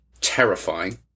Terrifying